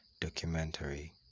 documentary